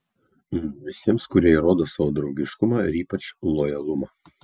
visiems kurie įrodo savo draugiškumą ir ypač lojalumą